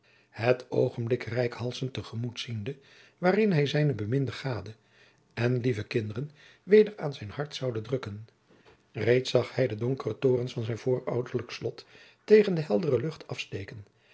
het oogenblik reikhalzend te gemoet ziende waarin hij zijne beminde gade en lieve kinderen weder aan zijn hart zoude drukken reeds zag hij de donkere torens van zijn voorouderlijk slot tegen de heldere lucht afsteken